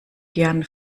gern